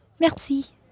Merci